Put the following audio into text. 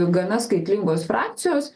gana skaitlingos frakcijos